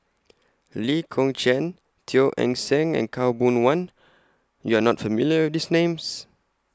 Lee Kong Chian Teo Eng Seng and Khaw Boon Wan YOU Are not familiar with These Names